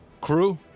Crew